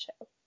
show